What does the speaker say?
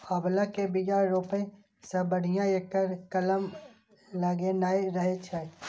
आंवला के बिया रोपै सं बढ़िया एकर कलम लगेनाय रहै छै